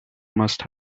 must